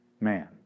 man